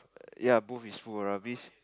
ya both is full of rubbish